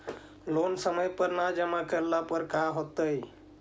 Loan समय पर न जमा करला पर का होतइ?